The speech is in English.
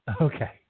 Okay